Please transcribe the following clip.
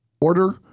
order